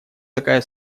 такая